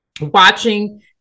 watching